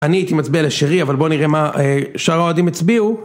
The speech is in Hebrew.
אני הייתי מצביע לשירי, אבל בוא נראה מה אה, שאר האוהדים הצביעו,